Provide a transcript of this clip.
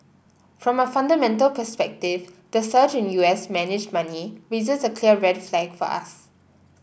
from a fundamental perspective the surge in U S managed money raises a clear red flag for us